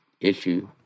issue